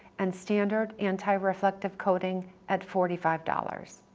and standard anti-reflective coating at forty five dollars.